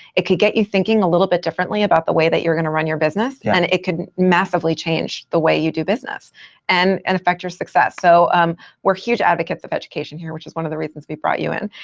it could get you thinking a little bit differently about the way that you're going to run your business, and it could massively change the way you do business and and affect your success. so um we're huge advocates of education here, which is one of the reasons we brought you in.